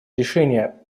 решения